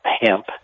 hemp